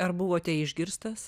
ar buvote išgirstas